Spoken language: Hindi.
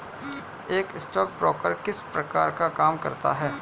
एक स्टॉकब्रोकर किस प्रकार का काम करता है?